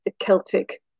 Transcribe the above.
Celtic